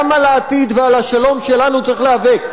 גם על העתיד ועל השלום שלנו צריך להיאבק.